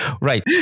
right